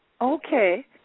Okay